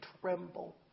tremble